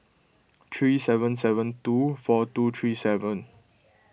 three seven seven two four two three seven